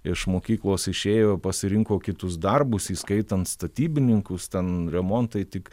iš mokyklos išėjo pasirinko kitus darbus įskaitant statybininkus ten remontai tik